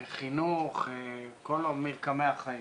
חינוך, כל מרקמי החיים.